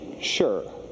sure